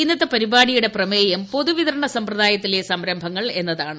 ഇന്നത്തെ പരിപാടിയുടെ പ്രമേയം പൊതുവിതരണ സമ്പ്രദായത്തിലെ സംരംഭങ്ങൾ എന്നതാണ്